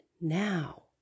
now